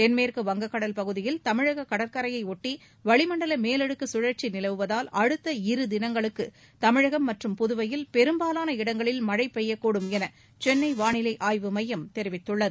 தென்மேற்கு வங்கக்கடல் பகுதியில் தமிழக கடற்கரையை ஒட்டி வளிமண்டல மேலடுக்கு கழற்சி நிலவுவதால் அடுக்க இரு தினங்களுக்கு தமிழகம் மற்றும் புதுவையில் பெரும்பாவான இடங்களில் மழை பெய்யக்கூடும் என சென்னை வானிலை ஆய்வு மையம் தெரிவித்துள்ளது